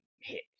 hit